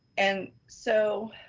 and so